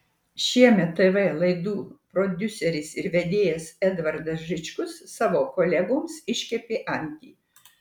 šiemet tv laidų prodiuseris ir vedėjas edvardas žičkus savo kolegoms iškepė antį